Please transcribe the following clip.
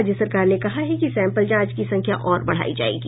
राज्य सरकार ने कहा है कि सैम्पल जांच की संख्या और बढ़ायी जायेगी